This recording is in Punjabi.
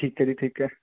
ਠੀਕ ਹੈ ਜੀ ਠੀਕ ਹੈ